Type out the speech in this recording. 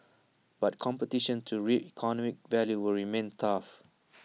but competition to reap economic value will remain tough